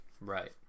Right